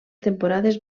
temporades